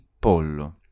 pollo